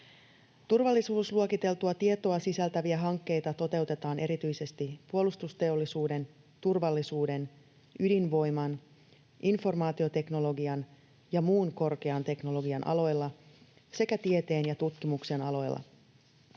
Turvallisuusluokiteltua tietoa sisältäviä hankkeita toteutetaan erityisesti puolustusteollisuuden, turvallisuuden, ydinvoiman, informaatioteknologian ja muun korkean teknologian aloilla sekä tieteen ja tutkimuksen aloilla.